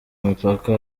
mipaka